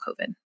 COVID